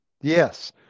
Yes